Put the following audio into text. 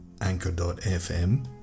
anchor.fm